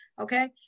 okay